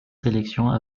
sélections